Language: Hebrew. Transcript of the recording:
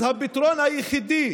אז הפתרון היחידי